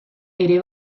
ere